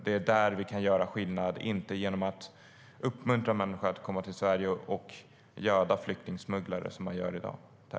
Det är där vi kan göra skillnad, inte genom att uppmuntra människor att komma till Sverige och göda flyktingsmugglare som man gör i dag.